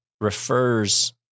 refers